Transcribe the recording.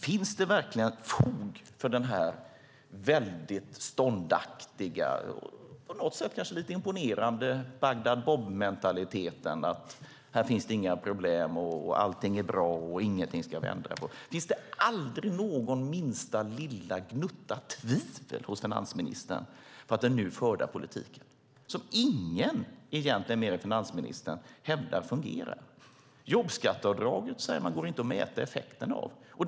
Finns det verkligen fog för den ståndaktiga, kanske lite imponerande Bagdad-Bob-mentaliteten, att det inte finns några problem och att allt är bra? Finns det inte minsta lilla gnutta tvivel hos finansministern när det gäller den förda politiken som ingen mer än finansministern hävdar fungerar? Man säger att det inte går att mäta effekten av jobbskatteavdragen.